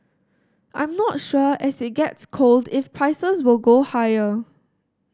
I'm not sure as it gets cold if prices will go higher